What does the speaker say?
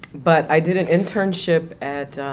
but i did an internship at,